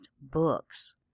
books